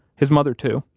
his mother, too,